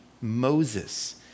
Moses